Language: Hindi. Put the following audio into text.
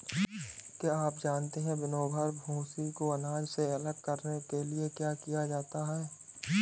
क्या आप जानते है विनोवर, भूंसी को अनाज से अलग करने के लिए किया जाता है?